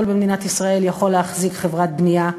במדינת ישראל יכול להחזיק חברת בנייה.